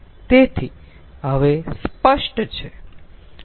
તેથી હવે સ્પષ્ટ છે